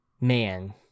man